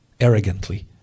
arrogantly